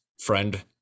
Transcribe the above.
friend